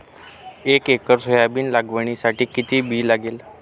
एक acre soybean लागवडीसाठी किती बी लागेल?